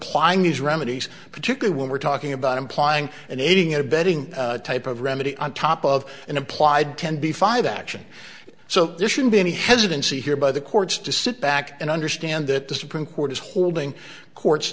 implying these remedies particularly we're talking about implying an aiding and abetting type of remedy on top of an implied ten b five action so there shouldn't be any hesitancy here by the courts to sit back and understand that the supreme court is holding the courts